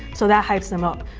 so that hypes them up.